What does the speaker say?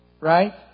Right